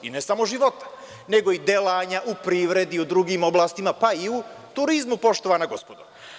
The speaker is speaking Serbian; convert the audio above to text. I ne samo života, nego i delanja u privredi i u drugim oblastima, pa i u turizmu, poštovana gospodo.